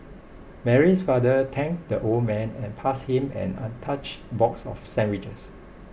Mary's father thanked the old man and passed him an untouched box of sandwiches